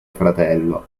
fratello